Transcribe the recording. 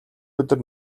өдөр